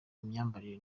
imyambarire